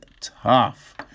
tough